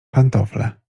pantofle